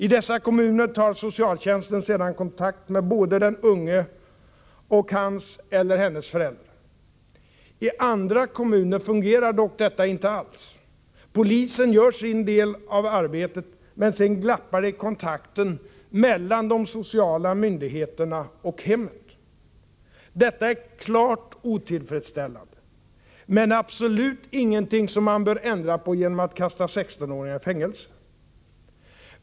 I dessa kommuner tar socialtjänsten sedan kontakt med både den unge och hans eller hennes föräldrar. I andra kommuner fungerar dock detta inte alls. Polisen gör sin del av arbetet, men sedan glappar det i kontakten mellan de sociala myndigheterna och hemmet. Detta är klart otillfredsställande — men abslolut inget man bör ändra på genom att kasta 16-åringar i fängelse.